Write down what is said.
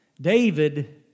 David